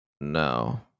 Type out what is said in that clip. No